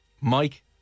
Mike